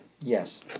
Yes